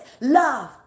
love